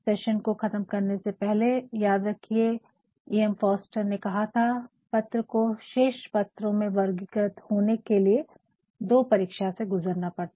session को ख़तम करने से पहले याद रखिये ई ऍम फोस्टर ने कहा था पत्र को श्रेष्ट पत्रों में वर्गीकृत होने के लिए दो परीक्षा से गुजरना पड़ता है